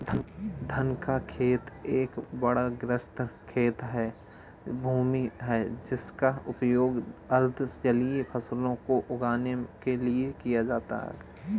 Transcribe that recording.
धान का खेत एक बाढ़ग्रस्त खेत या भूमि है जिसका उपयोग अर्ध जलीय फसलों को उगाने के लिए किया जाता है